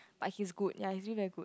but he's good ya he's usually very good